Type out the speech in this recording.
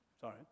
Sorry